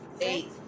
Eight